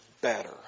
better